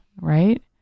right